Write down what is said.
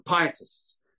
pietists